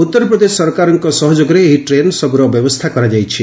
ଉତ୍ତରପ୍ରଦେଶ ସରକାରଙ୍କ ସହଯୋଗରେ ଏହି ଟ୍ରେନ୍ ସବୁର ବ୍ୟବସ୍ଥା କରାଯାଇଛି